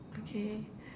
okay